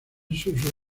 sus